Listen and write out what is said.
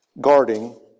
guarding